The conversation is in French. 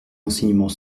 l’enseignement